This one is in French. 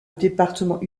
département